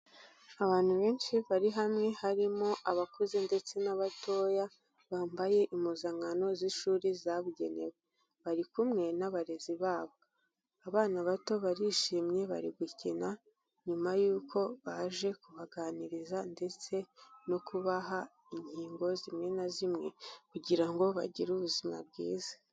Abantu benshi bari hamwe harimo abakuze ndetse n'abatoya, bambaye impuzankano z'ishuri zabugenewe, bari kumwe n'abarezi babo, abana bato barishimye bari gukina nyuma y'uko baje kubaganiriza ndetse no kubaha inkingo zimwe na zimwe kugira ngo bagire ubuzima bwiza.